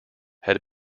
had